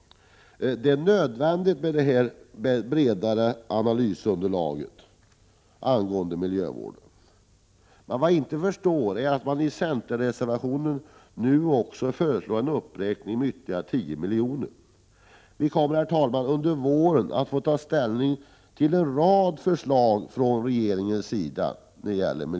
Det är nödvändigt för miljövården med detta bredare analysunderlag. Vad jag inte förstår är att man i centerreservationen nu också föreslår en uppräkning med ytterligare 10 miljoner. Vi kommer, herr talman, att under våren få ta ställning till en rad regeringsförslag på miljöområdet.